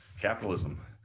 capitalism